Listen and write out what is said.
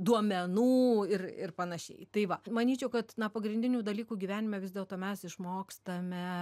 duomenų ir ir panašiai tai va manyčiau kad na pagrindinių dalykų gyvenime vis dėlto mes išmokstame